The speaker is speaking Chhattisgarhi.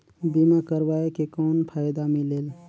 बीमा करवाय के कौन फाइदा मिलेल?